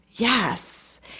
Yes